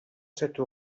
cette